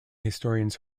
historians